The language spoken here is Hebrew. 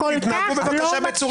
להיפך.